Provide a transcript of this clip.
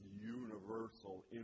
universal